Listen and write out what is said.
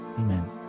Amen